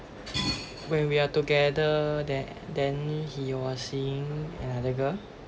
when we are together the~ then he was are seeing another girl